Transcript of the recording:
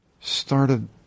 started